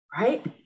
Right